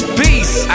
peace